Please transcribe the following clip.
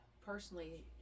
personally